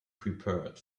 prepared